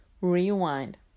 rewind